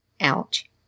Ouch